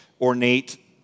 ornate